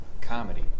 comedy